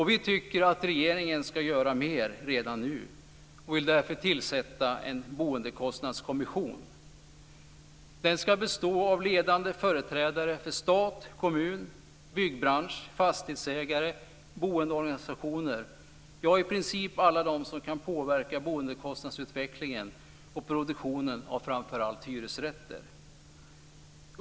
Vi tycker att regeringen ska göra mer redan nu och vill därför tillsätta en boendekostnadskommission. Den ska bestå av ledande företrädare för stat, kommun, byggbransch, fastighetsägare och boendeorganisationer - ja, i princip alla de som kan påverka boendekostnadsutvecklingen och produktionen av framför allt hyresrätter.